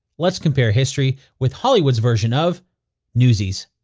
let's compare history with hollywood's version of newsies!